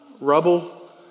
Rubble